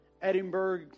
Edinburgh